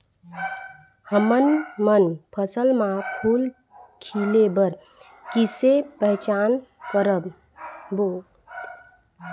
हमन मन फसल म फूल खिले बर किसे पहचान करबो?